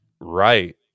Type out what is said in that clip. right